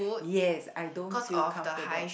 yes I don't feel comfortable